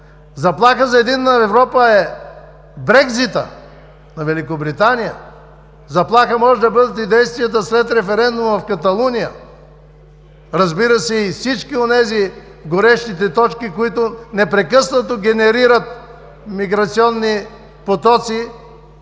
Заплаха за единна Европа е Брекзита на Великобритания. Заплаха могат да бъдат и действията след референдума в Каталуния, разбира се, и всички онези горещи точки, които непрекъснато генерират миграционни потоци